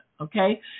Okay